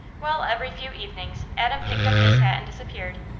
while every few evenings adam picked up his hat and disappeared,